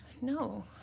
No